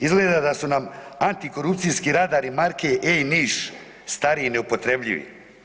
Izgleda da su nam antikorupcijski radovi marke E Niš stari i neupotrebljivi.